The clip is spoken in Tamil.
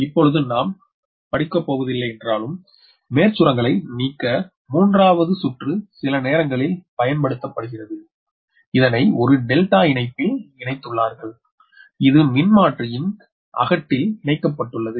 இப்பொழுது நாம் படிக்கப்போவதில்லை என்றாலும் மேற்சுரங்களை நீக்க மூன்றாவது சுற்று சில நேரங்களில் பயன்படுத்தப்படுகிறது இதனை ஒரு டெல்டா இணைப்பில் இணைத்துள்ளார்கள் இது மின்மாற்றியின் அகட்டில் இணைக்கப்பட்டுள்ளது